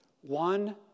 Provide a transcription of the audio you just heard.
One